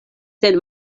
sen